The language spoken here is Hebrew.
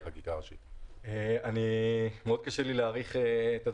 מאוד קשה לי להעריך.